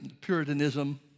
Puritanism